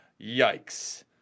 Yikes